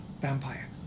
vampire